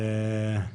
התשפ"א-2021.